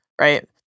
right